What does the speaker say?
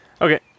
Okay